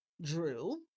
drew